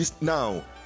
now